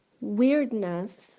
weirdness